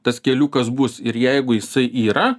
tas keliukas bus ir jeigu jisai yra